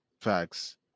Facts